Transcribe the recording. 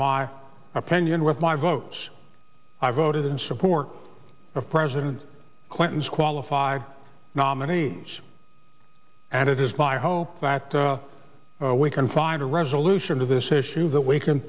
my opinion with my votes i voted in support of president clinton's qualified nominees and it is by hope that the we can find a resolution to this issue that we can